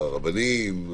על הרבנים,